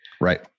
Right